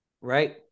right